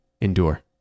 Endure